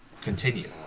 continue